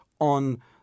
on